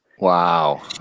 Wow